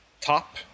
top